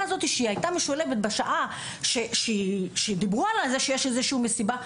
שהייתה בשעת שילוב כשהודיעו על המסיבה,